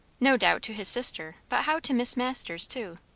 no doubt, to his sister but how to miss masters too?